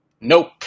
Nope